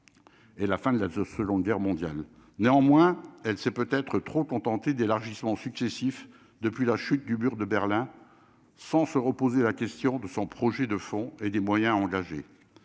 et la fin de la sauce longue guerre mondiale néanmoins elle s'est peut être trop contenté d'élargissements successifs depuis la chute du mur de Berlin sans se reposer la question de son projet de fonds et des moyens engagés